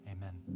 Amen